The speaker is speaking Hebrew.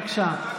בבקשה,